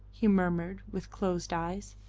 he murmured, with closed eyes.